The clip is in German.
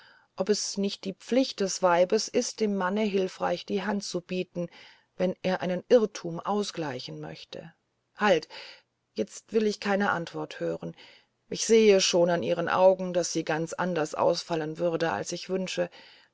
ob es nicht die pflicht des weibes ist dem manne hilfreich die hand zu bieten wenn er einen irrtum ausgleichen möchte halt jetzt will ich keine antwort hören ich sehe schon an ihrem auge daß sie ganz anders ausfallen würde als ich wünsche